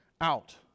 out